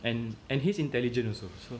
and and he's intelligent also so